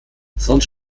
sonst